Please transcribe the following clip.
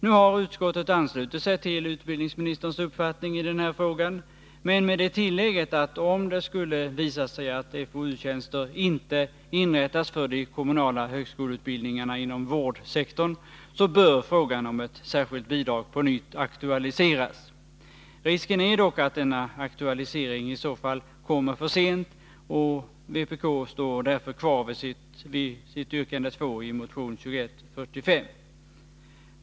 Nu har utskottet anslutit sig till utbildningsministerns uppfattning i den här frågan, men med det tillägget att om det skulle visa sig att FOU-tjänster inte inrättas för de kommunala högskoleutbildningarna inom vårdnadssektorn, så bör frågan om ett särskilt bidrag på nytt aktualiseras. Risken är dock att denna aktualisering i så fall kommer för sent, och vpk står därför kvar vid yrkande 2 i motion 2145.